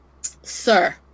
Sir